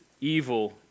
evil